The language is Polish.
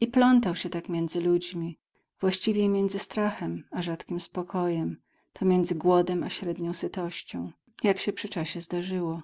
i plątał się tak między ludźmi właściwiej między strachem a rzadkim spokojem to między głodem a średnią sytością jak się przy czasie zdarzyło